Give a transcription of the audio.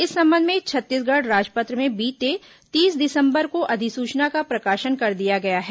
इस संबंध में छत्तीसगढ़ राजपत्र में बीते तीस दिसंबर को अधिसूचना का प्रकाशन कर दिया गया है